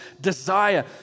desire